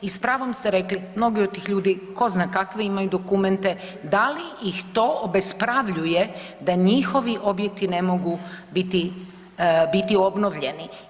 I s pravom ste rekli, mnogi od tih ljudi ko zna kakve imaju dokumente, da li ih to obespravljuje da njihovi objekti ne mogu biti, biti obnovljeni.